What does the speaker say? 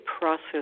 process